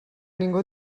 ningú